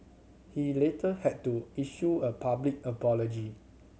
he later had to issue a public apology